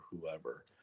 whoever